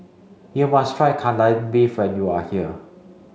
you must try Kai Lan beef when you are here